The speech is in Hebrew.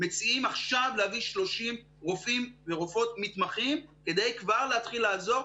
מציעים עכשיו להביא 30 רופאים ורופאות מתמחים כדי כבר להתחיל לעזור.